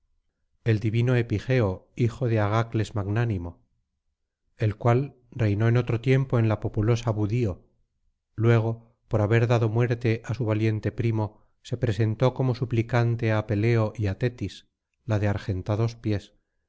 el divino epigeo hijo de agacles magnánimo el cual reinó en otro tiempo en la populosa budío luego por haber dado muerte ásu valiente primo se presentó como suplicante á peleo y á tetis la de argentados pies